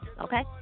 Okay